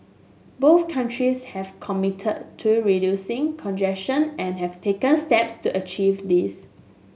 both countries have committed to reducing congestion and have taken steps to achieve this